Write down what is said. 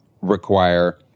require